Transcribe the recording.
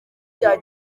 bya